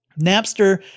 Napster